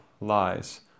lies